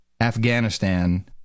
afghanistan